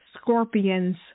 Scorpions